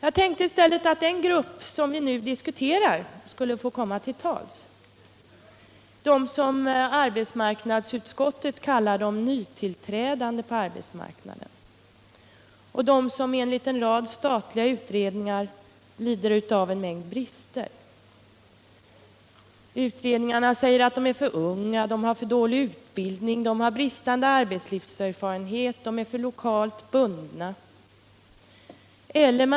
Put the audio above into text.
I stället tänkte jag att den grupp vi nu diskuterar skulle få komma till tals — de som arbetsmarknadsutskottet kallar ”de nytillträdande” på arbetsmarknaden, de som enligt en rad statliga utredningar har en mängd brister: ”de är för unga, har för dålig utbildning, bristande arbetslivserfarenhet och är för lokalt bundna”.